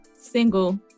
single